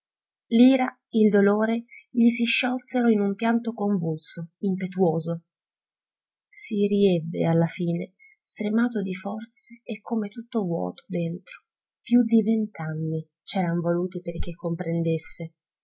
l'ira il dolore gli si sciolsero in un pianto convulso impetuoso si riebbe alla fine stremato di forze e come tutto vuoto dentro più di vent'anni c'eran voluti perché comprendesse